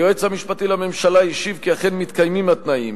היועץ המשפטי לממשלה השיב כי אכן מתקיימים התנאים